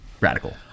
Radical